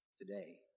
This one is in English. today